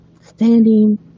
standing